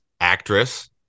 actress